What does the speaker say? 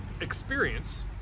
Experience